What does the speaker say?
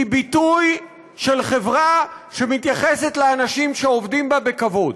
והיא ביטוי של חברה שמתייחסת לאנשים שעובדים בה בכבוד.